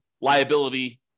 liability